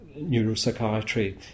neuropsychiatry